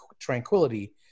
tranquility